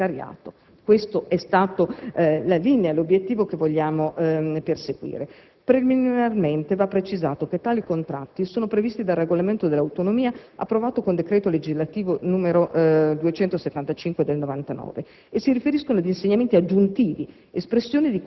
del precariato. Questo è l'obiettivo che vogliamo perseguire. Preliminarmente va precisato che tali contratti sono previsti dal regolamento sull'autonomia approvato con decreto legislativo n. 275 del 1999 e si riferiscono ad insegnamenti aggiuntivi,